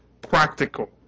practical